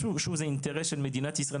שוב, זה אינטרס של מדינת ישראל.